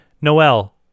Noel